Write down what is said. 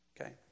Okay